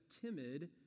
timid